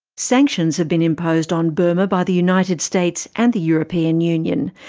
sanctions have been imposed on burma by the united states and the european union,